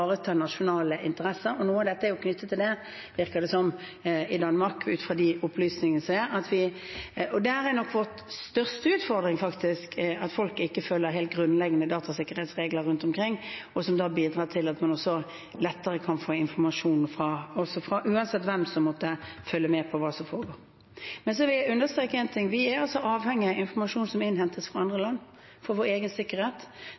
nasjonale interesser. Noe av dette er knyttet til det i Danmark, virker det som, ut fra de opplysningene som er. Der er nok vår største utfordring at folk ikke følger helt grunnleggende datasikkerhetsregler rundt omkring, noe som bidrar til at man lettere kan få informasjon, uansett hvem som måtte følge med på hva som foregår. Så vil jeg understreke én ting: Vi er avhengige av informasjon som innhentes fra andre land, for vår egen sikkerhet.